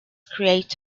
created